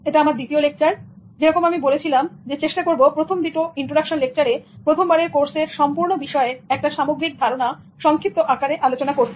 এটা আমার দ্বিতীয় লেকচার যেরকম আমি বলেছিলামআমি চেষ্টা করব প্রথম দুটো ইন্ট্রোডাকশন লেকচারে আমি প্রথমবারের কোর্সের সম্পূর্ণ বিষয়ের একটা সামগ্রিক ধারণা সংক্ষিপ্ত আকারে আলোচনা করতে